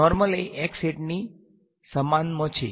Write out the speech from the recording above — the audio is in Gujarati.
નોર્મલ એ x હેટ ની સમાનમાં છે